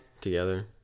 Together